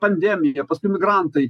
pandemija paskui migrantai